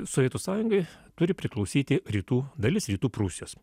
sovietų sąjungai turi priklausyti rytų dalis rytų prūsijos